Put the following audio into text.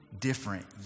different